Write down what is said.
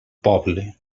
poble